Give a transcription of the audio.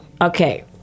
Okay